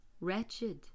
Wretched